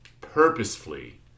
purposefully